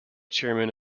chairman